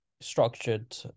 structured